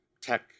tech